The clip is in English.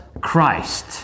Christ